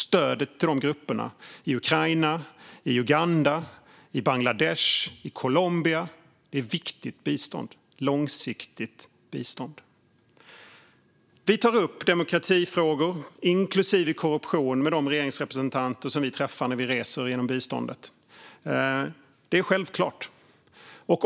Stödet till de grupperna i Ukraina, i Uganda, i Bangladesh och i Colombia är viktigt långsiktigt bistånd. Vi tar upp demokratifrågor, inklusive korruption, med de regeringsrepresentanter som vi träffar när vi reser med anledning av biståndet. Det är självklart.